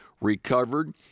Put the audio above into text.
Recovered